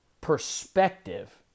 perspective